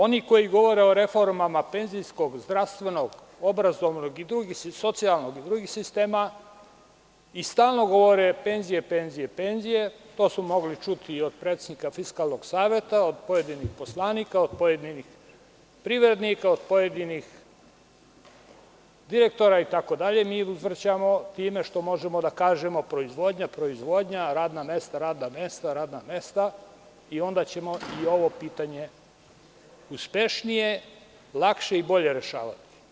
Oni koji govore o reformama penzijskog i zdravstvenog, obrazovnog, socijalnog i drugih sistema i stalno govore - penzije, penzije, penzije, to su mogli čuti i od predsednika Fiskalnog saveta, od pojedinih poslanika, od pojedinih privrednika, od pojedinih direktora itd, mi uzvraćamo time što možemo da kažemo - proizvodnja, proizvodnja, radna mesta, radna mesta, radna mesta, i onda ćemo i ovo pitanje uspešnije, lakše i bolje rešavati.